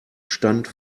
stand